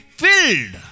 filled